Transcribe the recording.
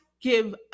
give